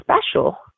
special